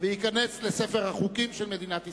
וייכנס לספר החוקים של מדינת ישראל.